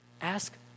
Ask